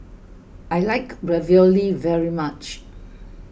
I like Ravioli very much